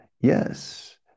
yes